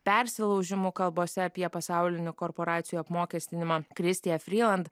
persilaužimu kalbose apie pasaulinių korporacijų apmokestinimą kristija fryland